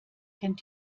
kennt